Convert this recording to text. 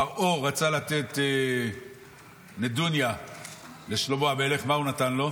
פרעה רצה לתת נדוניה לשלמה המלך, מה הוא נתן לו?